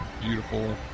beautiful